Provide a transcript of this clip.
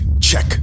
check